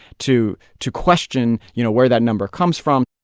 to to question, you know, where that number comes from